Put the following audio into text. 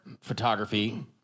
photography